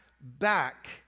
back